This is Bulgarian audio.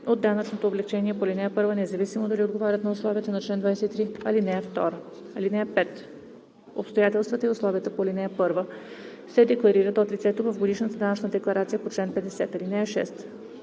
от данъчното облекчение по ал. 1, независимо дали отговарят на условията на чл. 23, ал. 2. (5) Обстоятелствата и условията по ал. 1 се декларират от лицето в годишната данъчна декларация по чл. 50. (6)